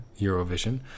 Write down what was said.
eurovision